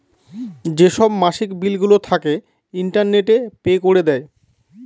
যেসব মাসিক বিলগুলো থাকে, ইন্টারনেটে পে করে দেয়